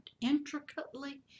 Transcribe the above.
intricately